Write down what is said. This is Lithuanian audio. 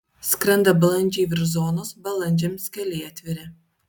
skrenda balandžiai virš zonos balandžiams keliai atviri